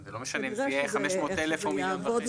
זה לא משנה אם זה יהיה 500,000 או מיליון וחצי.